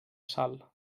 sal